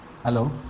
hello